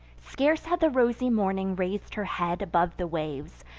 scarce had the rosy morning rais'd her head above the waves,